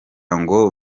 ngo